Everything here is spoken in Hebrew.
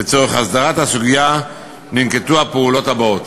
לצורך הסדרת הסוגיה ננקטו הפעולות הבאות: